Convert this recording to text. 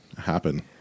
happen